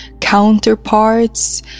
counterparts